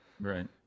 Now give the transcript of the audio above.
right